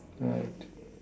right